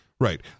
Right